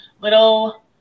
little